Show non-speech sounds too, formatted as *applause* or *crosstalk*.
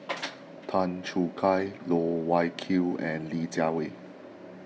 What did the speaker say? *noise* Tan Choo Kai Loh Wai Kiew and Li Jiawei